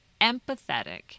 empathetic